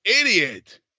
idiot